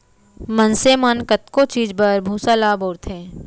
मनसे मन कतको चीज बर भूसा ल बउरथे